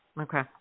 Okay